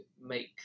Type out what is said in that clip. make